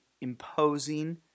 imposing